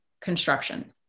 construction